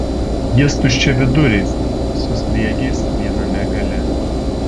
jis tuščiaviduris su sriegiais viename gale